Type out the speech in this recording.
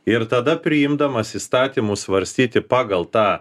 ir tada priimdamas įstatymus svarstyti pagal tą